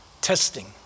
Testing